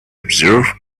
observe